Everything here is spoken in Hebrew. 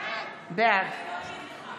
בעד